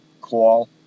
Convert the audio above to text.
call